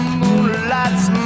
moonlights